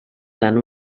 tant